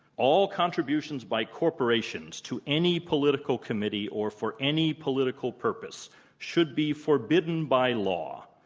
all contributions by corporations to any political committee or for any political purpose should be forbidden by law.